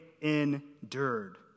endured